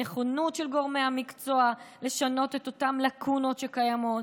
הנכונות של גורמי המקצוע לשנות את אותן לקונות שקיימות.